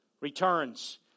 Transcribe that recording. returns